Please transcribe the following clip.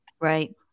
Right